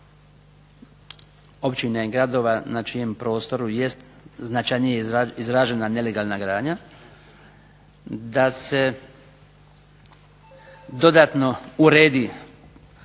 općina i gradova na čijem prostoru jest značajnije izražena nelegalna gradnja. Da se dodatno uredi